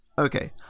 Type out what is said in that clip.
Okay